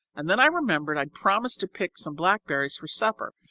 and then i remembered i'd promised to pick some blackberries for supper,